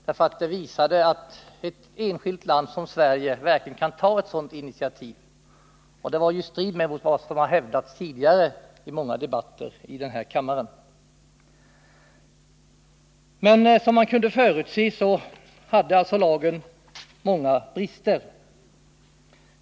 Den visade nämligen att ett enskilt land som Sverige verkligen kan ta ett sådant initiativ. Detta stred mot vad som tidigare hade hävdats i många debatter i denna kammare. Men som man kunde förutse hade lagen alltså många brister.